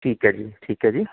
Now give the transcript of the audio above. ਠੀਕ ਹੈ ਜੀ ਠੀਕ ਹੈ ਜੀ